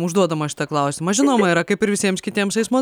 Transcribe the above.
užduodama šitą klausimą žinoma yra kaip ir visiems kitiems eismo